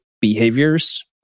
behaviors